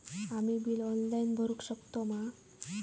आम्ही bill online भरुक शकतू मा?